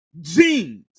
jeans